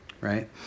right